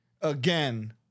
again